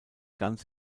ganz